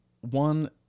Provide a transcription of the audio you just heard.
one